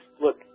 look